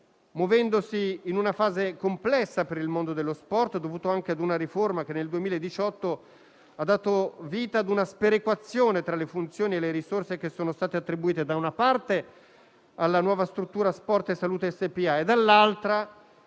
muovendosi in una fase complessa per il mondo dello sport, dovuta anche a una riforma che nel 2018 aveva dato vita a una sperequazione tra le funzioni e le risorse attribuite, da una parte, alla nuova struttura Sport e Salute SpA e, dall'altra,